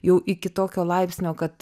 jau iki tokio laipsnio kad